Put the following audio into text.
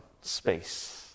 space